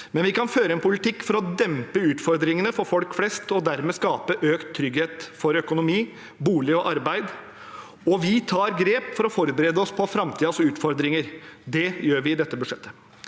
men vi kan føre en politikk for å dempe utfordringene for folk flest og dermed skape økt trygghet for økonomi, bolig og arbeid. Vi tar grep for å forberede oss på framtidas utfordringer. Det gjør vi i dette budsjettet.